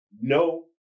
no